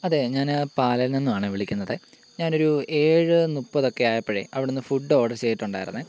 അതേ ഞാൻ പാലായിൽ നിന്നുമാണേ വിളിക്കുന്നതേ ഞാനൊരു ഏഴു മുപ്പതൊക്കെ ആയപ്പോഴേ അവിടെനിന്ന് ഫുഡ് ഓർഡർ ചെയ്തിട്ടുണ്ടായിരുന്നേ